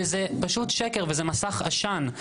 זה פשוט שקר וזה מסך עשן.